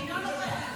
אינו נוכח.